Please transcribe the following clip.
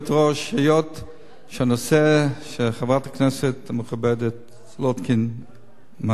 שהנושא שחברת הכנסת המכובדת סולודקין מציעה הוא דבר רגיש